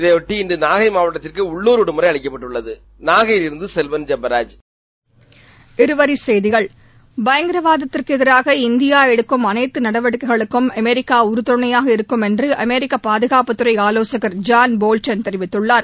இதைபொட்டி இன்று நாகை மாவட்டத்திற்கு உள்ளுர் விடுமுறை அளிக்கப்பட்டு உள்ளதப இருவரி செய்திகள் பயங்கரவாதத்திற்கு எதிராக இந்தியா எடுக்கும் அனைத்து நடவடிக்கைகளுக்கும் அமெரிக்கா உறுதுணையாக இருக்கும் என்று அமெரிக்க பாதுகாப்பு துறை ஆலோசகர் ஜான் போல்டன் தெரிவித்துள்ளார்